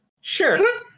Sure